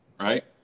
right